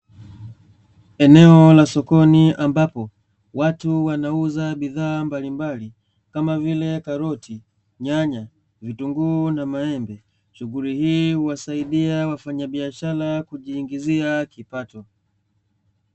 Eneo la sokoni ambapo watu wanauza bidhaa mbalimbali Kama vile; karoti, nyanya, vitunguu na maembe. Shughuli hii huwasaidia Wafanyabiashara kujiingizia kipato.